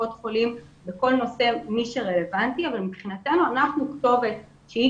קופות חולים ובכל נושא מטפל מי שרלוונטי אבל מבחינתנו אנחנו הכתובת שהיא